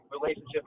relationship